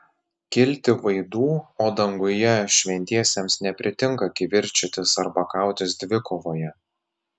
kilti vaidų o danguje šventiesiems nepritinka kivirčytis arba kautis dvikovoje